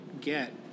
get